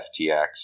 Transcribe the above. FTX